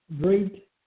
great